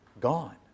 gone